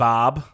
Bob